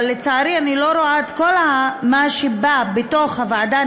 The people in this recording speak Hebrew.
אבל לצערי אני לא רואה את כל מה שבא בתוך הוועדה,